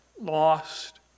lost